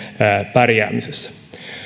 pärjäämisessä